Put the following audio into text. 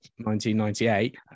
1998